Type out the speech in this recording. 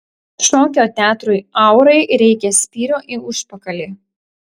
šokio teatrui aurai reikia spyrio į užpakalį